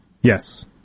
Yes